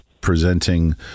presenting